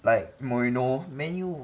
like mourinho man U